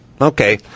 okay